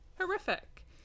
horrific